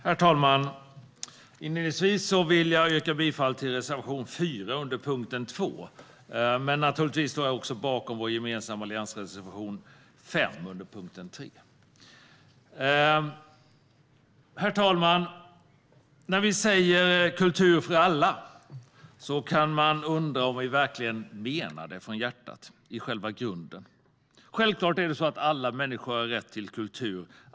Herr talman! Inledningsvis vill jag yrka bifall till reservation 4 under punkt 2, men jag står naturligtvis bakom också vår gemensamma alliansreservation 5 under punkt 3. Herr talman! När vi säger "kultur för alla" kan man undra om vi verkligen menar det från hjärtat, i själva grunden. Självklart har alla människor rätt till kultur.